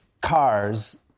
cars